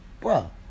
Bro